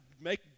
make